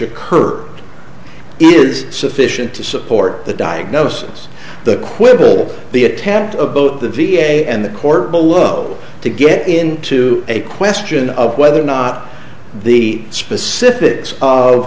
occur it is sufficient to support the diagnosis the quibble the attempt of both the v a and the court below to get into a question of whether or not the specifics of